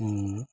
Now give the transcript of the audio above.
ମୁଁ